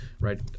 right